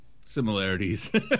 similarities